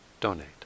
donate